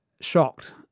shocked